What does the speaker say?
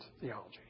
theology